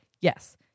Yes